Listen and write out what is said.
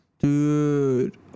Dude